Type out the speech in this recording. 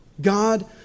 God